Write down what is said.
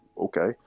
okay